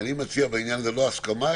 אני מציע בעניין הזה לא הסכמה,